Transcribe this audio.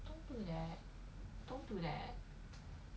don't do that don't do that